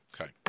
Okay